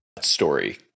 story